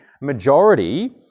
majority